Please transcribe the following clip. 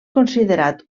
considerat